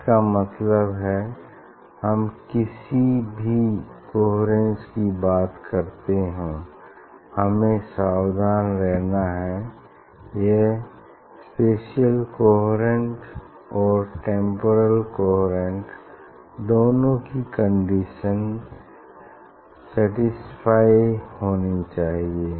इसका मतलब है हम किसी भी कोहेरेन्स की बात करते हों हमें सावधाव रहना है यह स्पेसिअल कोहेरेंट और टेम्पोरल कोहेरेंट दोनों की कंडीशंस सैटिस्फाई होनी चाहिए